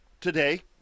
today